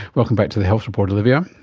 welcome back to the health report olivia.